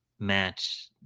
match